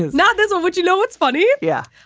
not this one. would you know? it's funny. yeah,